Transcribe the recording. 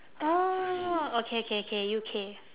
oh okay okay okay U_K